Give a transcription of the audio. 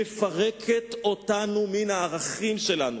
מפרקות אותנו מן הערכים שלנו.